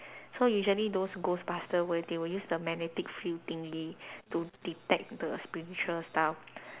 so usually those ghostbuster will they will use the magnetic field thingy to detect the spiritual stuff